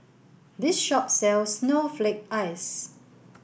this shop sells snowflake ice